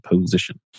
position